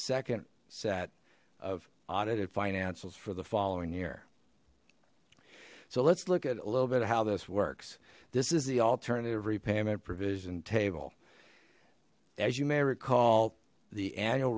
second set of audited financials for the following year so let's look at a little bit of how this works this is the alternative repayment provision table as you may recall the annual